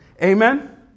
Amen